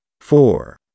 four